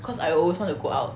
cause I always want to go out